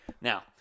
Now